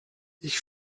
ich